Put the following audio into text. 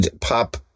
pop